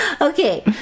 Okay